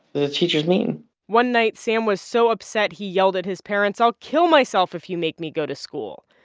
the teacher's mean one night, sam was so upset, he yelled at his parents, i'll kill myself if you make me go to school.